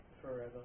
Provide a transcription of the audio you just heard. Forever